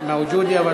מַוג'וּדה, אבל